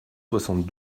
soixante